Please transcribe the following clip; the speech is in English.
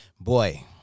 Boy